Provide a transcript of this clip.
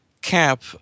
CAP